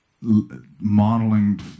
modeling